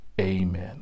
Amen